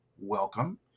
Welcome